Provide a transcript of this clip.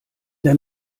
der